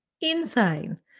insane